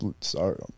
sorry